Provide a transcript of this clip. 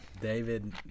David